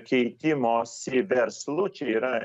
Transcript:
keitimosi verslu čia yra